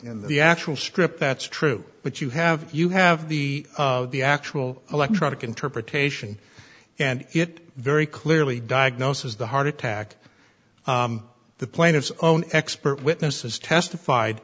in the actual script that's true but you have you have the of the actual electronic interpretation and it very clearly diagnosis the heart attack the plaintiff's own expert witnesses testified